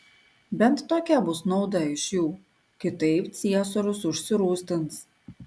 bent tokia bus nauda iš jų kitaip ciesorius užsirūstins